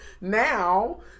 now